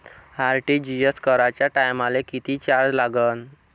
RTGS कराच्या टायमाले किती चार्ज लागन?